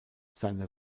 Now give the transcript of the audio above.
seine